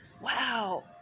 Wow